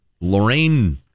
Lorraine